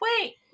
wait